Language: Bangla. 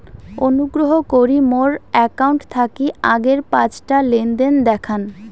অনুগ্রহ করি মোর অ্যাকাউন্ট থাকি আগের পাঁচটা লেনদেন দেখান